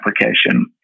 application